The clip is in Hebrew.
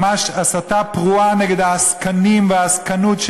ממש הסתה פרועה נגד העסקנים והעסקנוּת,